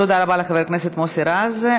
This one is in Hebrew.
תודה רבה לחבר הכנסת מוסי רז.